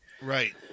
right